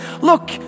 Look